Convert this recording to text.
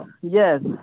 Yes